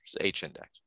H-index